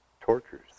tortures